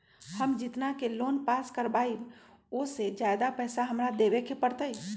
हम जितना के लोन पास कर बाबई ओ से ज्यादा पैसा हमरा देवे के पड़तई?